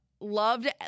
loved